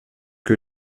que